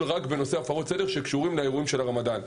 בהפרות סדר שקשורות לאירועי הרמדאן,